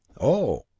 Oh